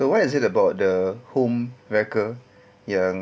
so what is it about the home wrecker yang